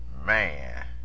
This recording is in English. man